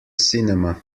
cinema